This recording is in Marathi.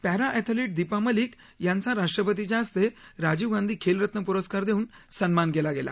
पैरा अथलिट दीपा मलिक यांचा राष्ट्रपतींच्या हस्ते राजीव गांधी खेलरत्न प्रस्कार देऊन सन्मान केला गेला